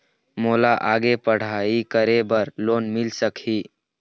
मोला आगे पढ़ई करे बर लोन मिल सकही?